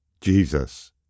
Jesus